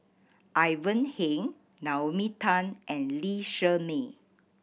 Ivan Heng Naomi Tan and Lee Shermay